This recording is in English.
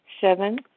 Seven